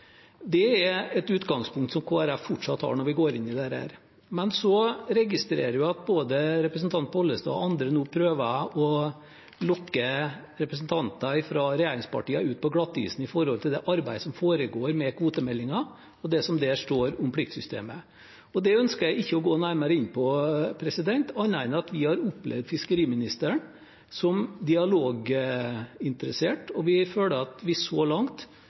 Det er et utgangspunkt som Kristelig Folkeparti fortsatt har når vi går inn i dette. Så registrerer jeg at både representanten Pollestad og andre nå prøver å lokke representanter fra regjeringspartiene ut på glattisen med tanke på det arbeidet som foregår med kvotemeldingen, og det som der står om pliktsystemet. Det ønsker jeg ikke å gå nærmere inn på, annet enn å si at vi har opplevd fiskeriministeren som dialoginteressert, og vi føler at vi så langt